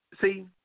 See